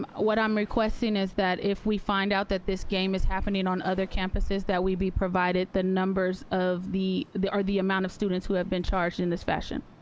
what i'm requesting is that if we find out that this game is happening on other campuses, that we be provided the numbers of the, or the amount of students who have been charged in this fashion,